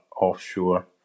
offshore